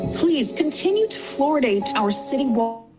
please continue to fluoridate, our city water